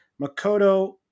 Makoto